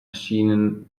erschienen